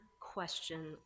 question